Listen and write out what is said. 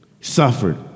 suffered